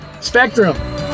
Spectrum